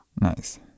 Nice